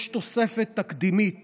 יש תוספת תקדימית